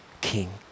King